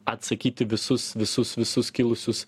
atsakyti visus visus visus kilusius